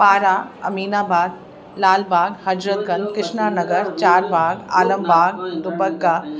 Para Aminabad Lalbagh Hazratganj Krishna Nagar Charbagh Alambagh Dubagga